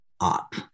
up